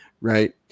Right